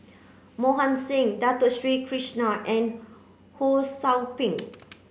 Mohan Singh Dato Sri Krishna and Ho Sou Ping